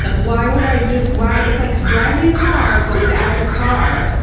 but why would i just, why, it's like driving a car, but without the car.